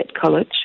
college